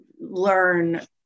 learn